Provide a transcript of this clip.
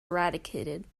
eradicated